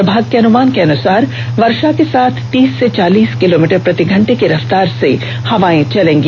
विभाग के अनुमान के अनुसार वर्षा के साथ तीस से चालीस किलोमीटर प्रतिघंटे की रफतार से हवा चलेंगी